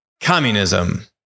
communism